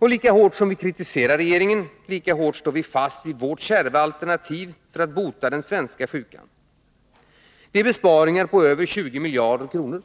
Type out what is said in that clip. Lika hårt som vi kritiserar regeringen, lika hårt står vi fast vid vårt kärva alternativ för att bota den svenska sjukan. Det är besparingar på över 20 miljarder kronor.